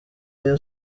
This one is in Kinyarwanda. rayon